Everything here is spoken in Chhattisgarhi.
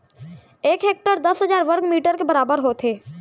एक हेक्टर दस हजार वर्ग मीटर के बराबर होथे